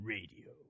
Radio